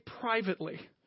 privately